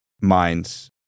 minds